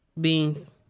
Beans